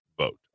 vote